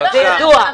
זה ידוע,